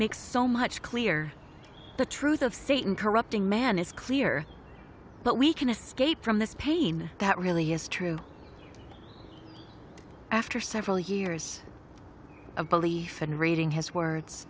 makes so much clear the truth of satan corrupting man is clear but we can escape from this pain that really is true after several years of belief and reading his words